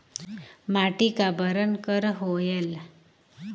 माटी का बरन कर होयल?